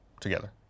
together